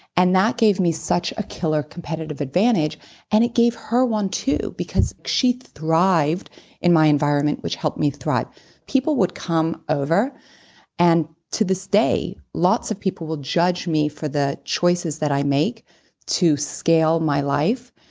and that gave me such a killer competitive advantage and it gave her one too because she thrived in my environment, which helped me thrive people would come over and to this day lots of people will judge me for the choices that i make to scale my life.